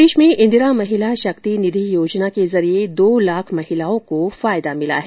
प्रदेश में इंदिरा महिला शक्ति निधि योजना के जरिये दो लाख महिलाओं को फायदा मिला है